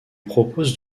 propose